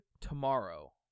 tomorrow